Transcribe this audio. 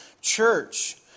church